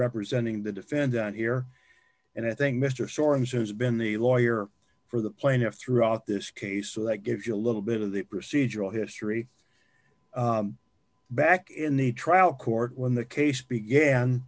representing the defendant here and i think mr storms has been the lawyer for the plaintiff throughout this case so that gives you a little bit of the procedural history back in the trial court when the case began